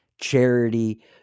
charity